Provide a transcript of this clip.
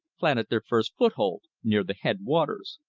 planted their first foot-hold, near the headwaters.